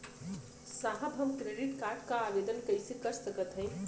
साहब हम credit card क आवेदन कइसे कर सकत हई?